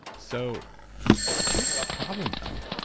so here's the problem though.